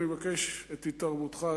אני מבקש את התערבותך,